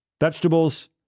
vegetables